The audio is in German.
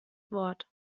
wort